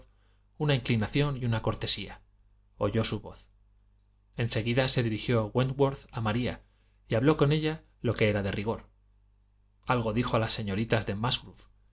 una inclinación y una cortesía oyó su voz en seguida se dirigió wentworth a maría y habló con ella lo que era de rigor algo dijo a las señoritas de musgrove